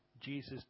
Jesus